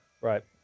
right